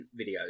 videos